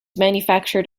manufactured